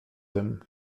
tym